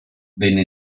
venne